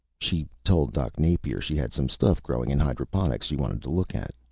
she told doc napier she had some stuff growing in hydroponics she wanted to look at.